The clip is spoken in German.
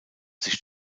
sich